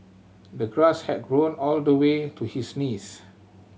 the grass had grown all the way to his knees